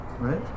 right